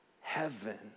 heaven